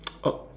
oh